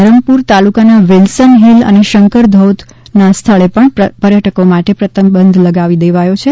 ધરમપુર તાલુકાના Wilson Hill અને શંકરધોધના સ્થળે પણ પર્યટકો માટે પ્રતિબંધ લગાવી દેવાયો છે